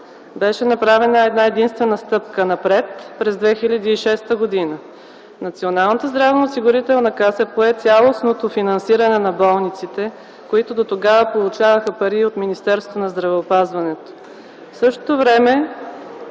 Беше направена една-единствена стъпка напред през 2006 г. – Националната здравноосигурителна каса пое цялостното финансиране на болниците, които дотогава получаваха пари и от Министерството на здравеопазването. В същото време